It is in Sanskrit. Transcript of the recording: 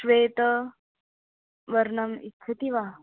श्वेतवर्णम् इच्छति वा